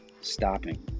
stopping